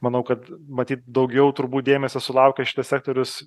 manau kad matyt daugiau turbūt dėmesio sulaukia šitas sektorius